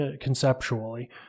conceptually